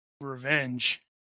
Revenge